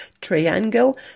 triangle